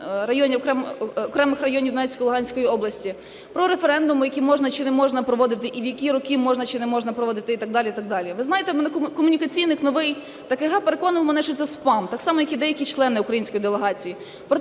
окремих районів Донецької і Луганської областей; про референдум, який можна чи не можна проводити, і в які роки можна чи не можна проводити, і так далі, і так далі. Ви знаєте, комунікаційник новий ТКГ переконував мене, що це спам, так само, як і деякі члени української делегації.